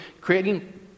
creating